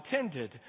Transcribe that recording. intended